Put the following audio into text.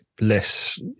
less